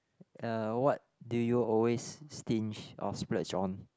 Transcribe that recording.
uh what do you always stinge or splurge on